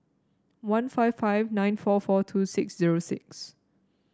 one five five nine four four two six zero six